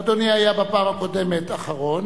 אדוני היושב-ראש,